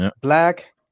black